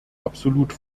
absolut